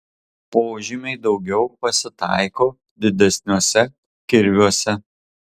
požymiai daugiau pasitaiko didesniuose kirviuose